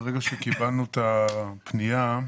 ברגע שקיבלנו את הפנייה,